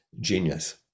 genius